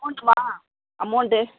அமௌண்ட்டும்மா amount